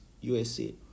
USA